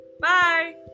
Bye